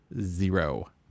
zero